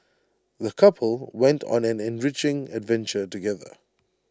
the couple went on an enriching adventure together